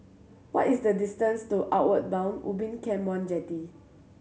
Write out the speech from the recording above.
what is the distance to Outward Bound Ubin Camp One Jetty